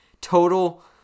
total